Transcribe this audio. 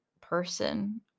person